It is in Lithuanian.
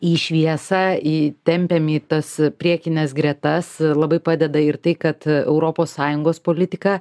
į šviesą į tempiam į tas priekines gretas labai padeda ir tai kad europos sąjungos politika